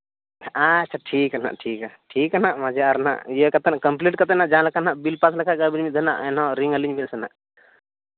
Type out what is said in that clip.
ᱟᱪᱪᱷᱟ ᱴᱷᱤᱠ ᱜᱮᱭᱟ ᱦᱟᱸᱜ ᱴᱷᱤᱠ ᱜᱮᱭᱟ ᱴᱷᱤᱠ ᱜᱮᱭᱟ ᱦᱟᱸᱜ ᱤᱭᱟᱹ ᱠᱟᱛᱮ ᱠᱚᱢᱯᱞᱤᱴ ᱠᱟᱛᱮ ᱦᱟᱸᱜ ᱡᱟᱦᱟᱸ ᱞᱮᱠᱟ ᱦᱟᱸᱜ ᱵᱤᱞ ᱯᱟᱥ ᱞᱮᱠᱷᱟᱡ ᱮᱱᱦᱚᱸ ᱨᱤᱝ ᱟᱹᱞᱤᱧ ᱵᱮᱱ ᱥᱮ ᱦᱟᱸᱜ